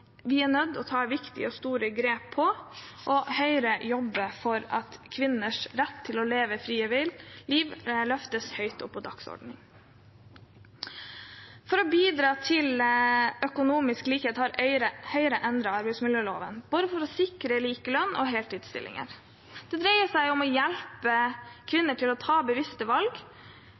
vi er nødt til å ta viktige og store grep, og Høyre jobber for at kvinners rett til å leve frie liv løftes høyt opp på dagsordenen. For å bidra til økonomisk likhet har Høyre endret arbeidsmiljøloven, for å sikre både lik lønn og heltidsstillinger. Det dreier seg om å hjelpe kvinner til å ta bevisste valg.